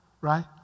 right